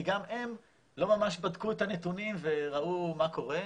כי גם הם לא ממש בדקו את הנתונים וראו מה קורה,